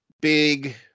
big